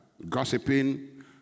gossiping